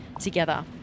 together